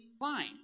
line